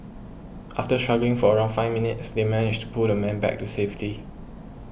after struggling for around five minutes they managed to pull the man back to safety